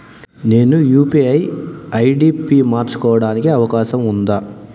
నేను UPI ID పి మార్చుకోవడానికి అవకాశం ఉందా?